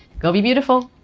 go be beautiful